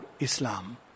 Islam